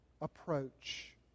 approach